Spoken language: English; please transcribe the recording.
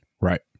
Right